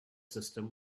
system